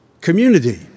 Community